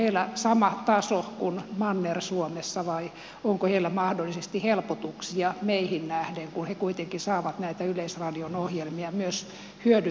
onko heillä sama taso kuin manner suomessa vai onko heillä mahdollisesti helpotuksia meihin nähden kun he kuitenkin saavat näitä yleisradion ohjelmia myös hyödyntää siellä